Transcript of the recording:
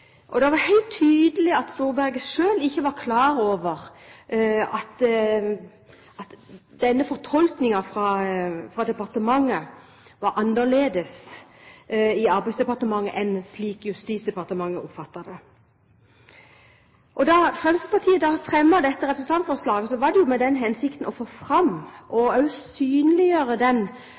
som da var kommet fram i media. Det var helt tydelig at Storberget selv ikke var klar over at fortolkningen var annerledes i Arbeidsdepartementet enn i Justisdepartementet. Da Fremskrittspartiet fremmet dette representantforslaget, var det i den hensikt å få fram og synliggjøre den